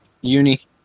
Uni